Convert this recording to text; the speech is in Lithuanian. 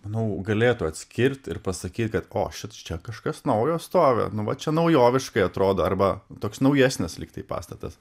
manau galėtų atskirt ir pasakyt kad o šitas čia kažkas naujo stovi nu va čia naujoviškai atrodo arba toks naujesnis lygtai pastatas